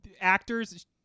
Actors